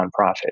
nonprofit